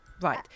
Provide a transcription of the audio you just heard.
right